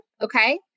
okay